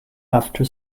after